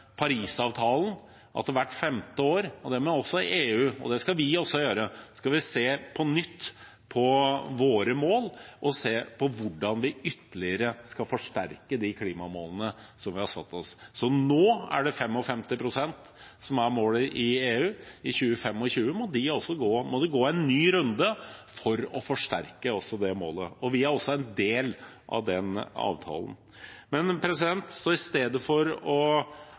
Parisavtalen at hvert femte år skal EU, og dermed også vi, se på målene på nytt og hvordan vi ytterligere skal forsterke de klimamålene vi har satt oss. Nå er det 55 pst. som er målet i EU, og i 2025 må det gås en ny runde for å forsterke det målet. Vi er også en del av den avtalen. Så når det gjelder diskusjonen om 26. konsesjonsrunde: Det er ingen grunn til å